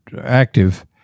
active